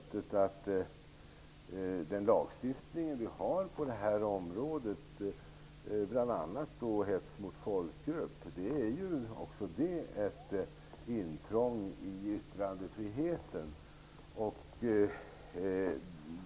Den lagstiftning vi har på det här området, bl.a. den som rör hets mot folkgrupp, är ju också den ett intrång i yttrandefriheten.